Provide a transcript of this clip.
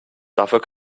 dafür